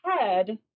head